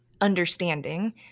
understanding